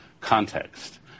context